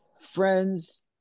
friends